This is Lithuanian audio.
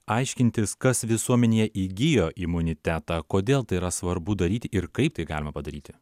aiškintis kas visuomenėje įgijo imunitetą kodėl tai yra svarbu daryti ir kaip tai galima padaryti